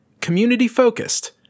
Community-focused